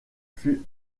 fut